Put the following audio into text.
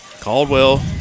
Caldwell